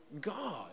God